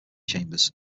chambers